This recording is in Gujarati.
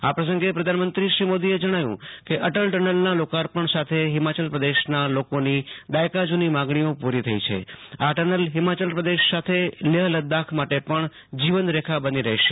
આ પ્રસગે પ્રધાનમંત્રી શ્રી મોદીએ જણાવ્યું કે અટલ ટનલૈના લોકાપર્ણ સાથે હિમાચલ પ્રદેશના લોકોની દાયકા જૂની માગણીઓ પૂ રી થઈ છે આ ટનેલ હિમાચલે પ્રદેશ સાથે લેહ લદ્દાખ માટે પણ જીવનરેખા બની રહેશે